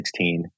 2016